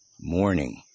morning